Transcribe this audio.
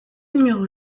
numéro